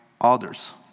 others